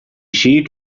siet